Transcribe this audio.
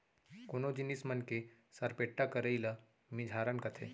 कोनो जिनिस मन के सरपेट्टा करई ल मिझारन कथें